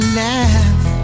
laugh